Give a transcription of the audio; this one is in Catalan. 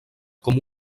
com